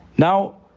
Now